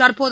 தற்போது